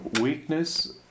weakness